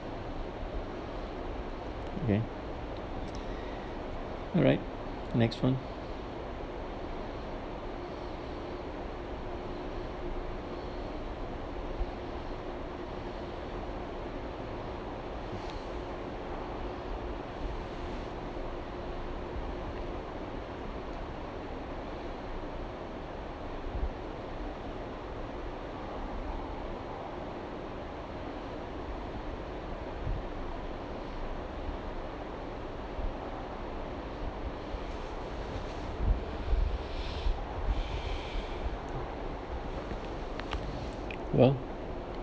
okay alright next one well